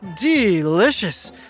Delicious